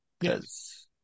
yes